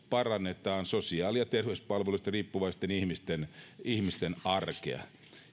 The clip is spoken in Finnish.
parannetaan sosiaali ja terveyspalveluista riippuvaisten ihmisten ihmisten arkea